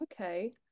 Okay